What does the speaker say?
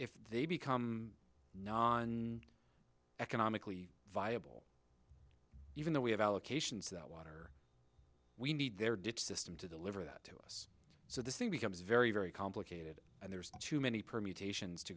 if they become non economically viable even though we have allocations that water we need there ditch system to deliver that to us so this thing becomes very very complicated and there's too many permutations to